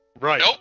Right